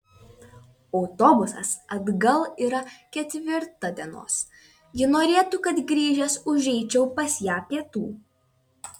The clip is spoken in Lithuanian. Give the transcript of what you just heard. autobusas atgal yra ketvirtą dienos ji norėtų kad grįžęs užeičiau pas ją pietų